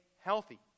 healthy